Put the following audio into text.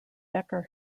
becker